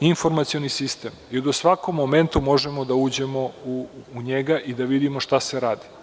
informacioni sistem i da u svakom momentu možemo da uđemo u njega i da vidimo šta se radi.